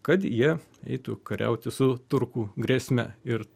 kad jie eitų kariauti su turkų grėsme ir